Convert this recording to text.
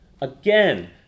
Again